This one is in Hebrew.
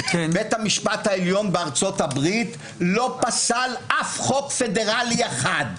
בית המשפט העליון בארצות הברית לא פסל אף חוק פדרלי אחד.